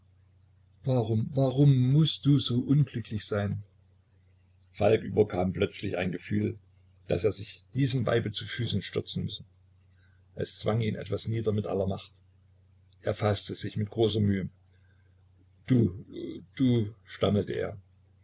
warum warum mußt du so unglücklich sein falk überkam plötzlich ein gefühl daß er sich diesem weibe zu füßen stürzen müsse es zwang ihn etwas nieder mit aller macht er faßte sich mit großer mühe du du stammelte er